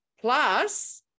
plus